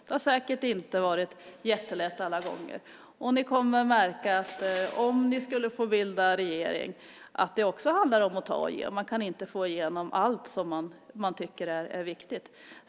Det har säkert inte varit jättelätt alla gånger. Om ni skulle få bilda regering kommer ni att märka att det också handlar om att ta och ge. Man kan inte få igenom allt som man tycker är viktigt.